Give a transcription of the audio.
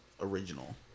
original